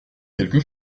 quelque